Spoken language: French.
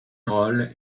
roll